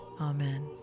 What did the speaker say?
Amen